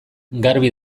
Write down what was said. garbi